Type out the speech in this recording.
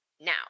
now